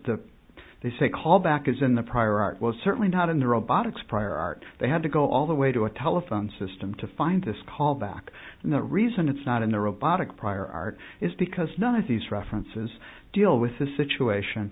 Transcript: to they say callback is in the prior art was certainly not in the robotics prior art they had to go all the way to a telephone system to find this callback and the reason it's not in the robotic prior art is because none of these references deal with the situation